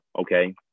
okay